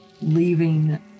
leaving